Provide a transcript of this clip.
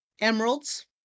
emeralds